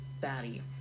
batty